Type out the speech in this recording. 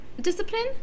discipline